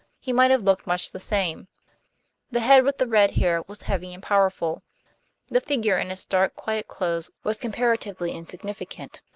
he might have looked much the same the head with the red hair was heavy and powerful the figure in its dark, quiet clothes was comparatively insignificant,